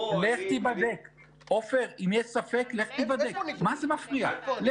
שזה בסדר גמור, אבל גם את זה צריך לקחת בחשבון.